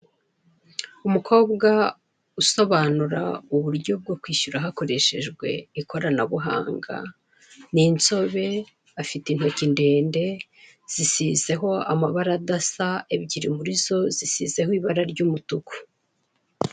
Umukobwa usobanura uburyo bwo kwishyura hakoreshejwe ikoranabuhanga ni inzobe, afite intoki ndende zisizeho amabara adasa ebyiri muri zo zisizeho ibara ry'umutuku.